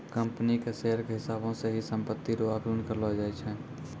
company के share के हिसाबौ से ही सम्पत्ति रो आकलन करलो जाय छै